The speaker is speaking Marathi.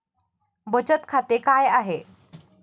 बचत खाते काय आहे?